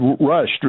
rushed